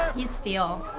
he's steel.